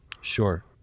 sure